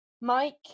Mike